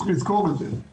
צריך לזכור את זה,